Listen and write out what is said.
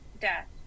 death